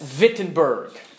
Wittenberg